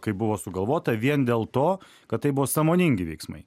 kaip buvo sugalvota vien dėl to kad tai buvo sąmoningi veiksmai